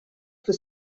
for